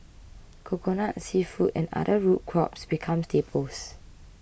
Coconut Seafood and other root crops become staples